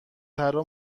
ترا